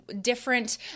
different